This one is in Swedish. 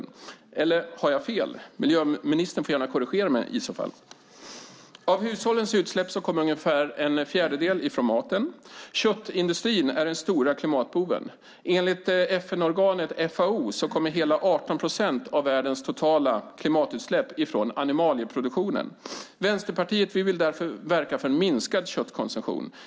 Eller har jag fel? Miljöministern får gärna korrigera mig i så fall. Av hushållens utsläpp kommer en fjärdedel från maten. Köttindustrin är här den stora klimatboven. Enligt FN-organet FAO kommer hela 18 procent av världens totala klimatutsläpp från animalieproduktionen. Vänsterpartiet vill därför verka för en minskad köttkonsumtion.